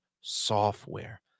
software